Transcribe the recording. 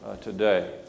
today